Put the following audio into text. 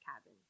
cabin